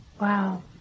Wow